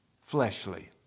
Fleshly